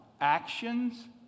actions